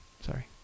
Sorry